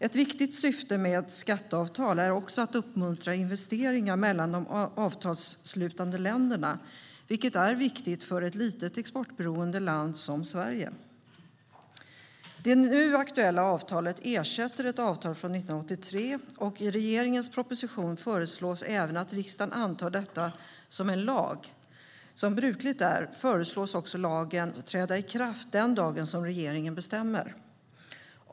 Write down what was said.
Ett viktigt syfte med skatteavtal är också att uppmuntra investeringar mellan de avtalsslutande länderna, vilket är viktigt för ett litet exportberoende land som Sverige. Det nu aktuella avtalet ersätter ett avtal från 1983. I regeringens proposition föreslås att riksdagen antar detta som en lag och, som brukligt är, att lagen ska träda i kraft den dag som regeringen bestämmer.